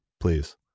Please